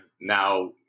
now